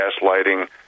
gaslighting